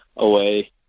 away